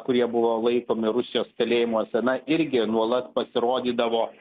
kurie buvo laikomi rusijos kalėjimuose na irgi nuolat pasirodydavo